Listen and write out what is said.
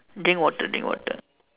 drink water drink water